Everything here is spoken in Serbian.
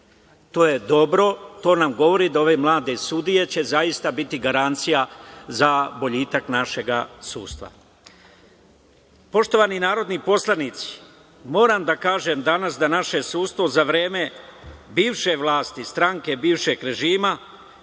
To je dobro. To nam govori da će ove mlade sudija zaista biti garancija za boljitak našeg sudstva. Poštovani narodni poslanici, moram da kažem danas da naše sudstvo za vreme bivše vlasti, stranke bivšeg režima,